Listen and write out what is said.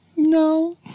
No